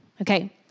Okay